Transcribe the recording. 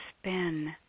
spin